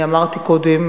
אני אמרתי קודם,